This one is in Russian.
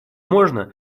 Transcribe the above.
можно